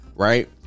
right